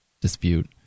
dispute